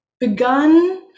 begun